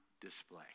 display